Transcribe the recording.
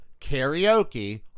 karaoke